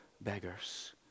beggars